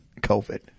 covid